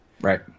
right